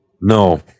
No